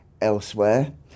elsewhere